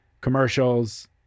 commercials